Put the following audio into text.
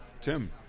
tim